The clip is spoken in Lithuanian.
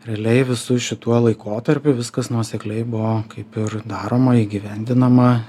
realiai visu šituo laikotarpiu viskas nuosekliai buvo kaip ir daroma įgyvendinama